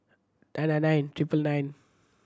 nine nine nine triple nine